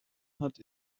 hat